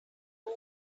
own